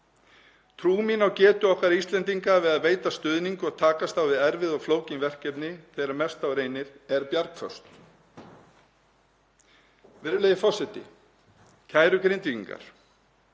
Trú mín á getu okkar Íslendinga við að veita stuðning og takast á við erfið og flókin verkefni þegar mest á reynir er bjargföst. Virðulegur forseti. Kæru Grindvíkingar.